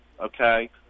okay